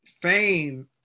fame